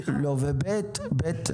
ב',